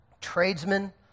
tradesmen